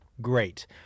great